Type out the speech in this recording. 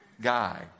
guy